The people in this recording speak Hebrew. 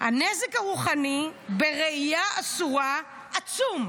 הנזק הרוחני בראייה אסורה עצום.